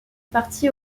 parti